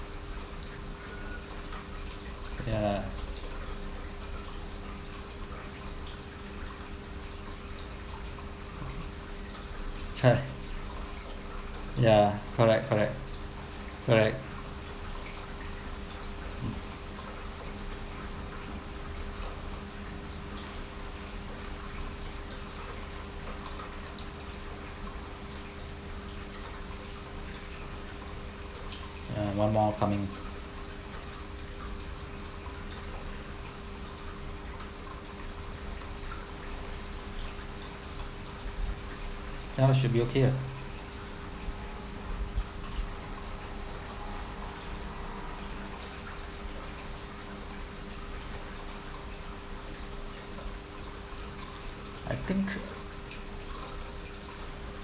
ya ya correct correct correct ya one more out coming now should be okay ah I think